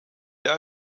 der